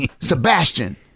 Sebastian